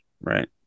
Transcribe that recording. right